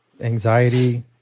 anxiety